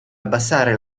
abbassare